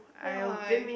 why